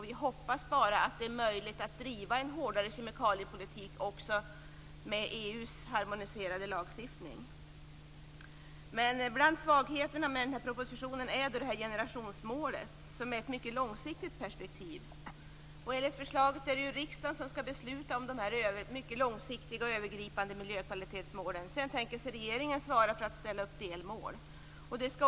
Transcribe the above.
Vi hoppas att det är möjligt att driva en hårdare kemikaliepolitik också med EU:s harmoniserade lagstiftning. Svagheten med den här propositionen är detta med generationsmålet som är ett mycket långsiktigt perspektiv. Enligt förslaget är det riksdagen som skall besluta över de mycket långsiktiga och övergripande miljökvalitetsmålen. Sedan tänker sig regeringen svara för delmålen.